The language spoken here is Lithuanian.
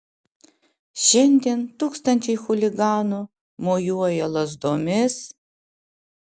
šiandien tūkstančiai chuliganų mojuoja lazdomis